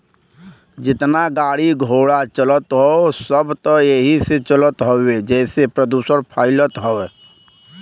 जेतना गाड़ी घोड़ा चलत हौ सब त एही से चलत हउवे जेसे प्रदुषण फइलत हौ